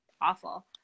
awful